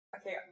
Okay